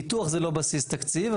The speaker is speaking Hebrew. פיתוח זה לא בסיס תקציב,